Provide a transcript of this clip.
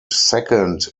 second